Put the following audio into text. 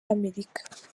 amerika